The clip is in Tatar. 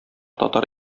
татар